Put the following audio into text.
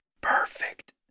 perfect